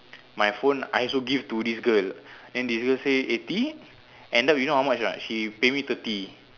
my phone I also give to this girl then this girl say eighty end up you know how much or not she pay me thirty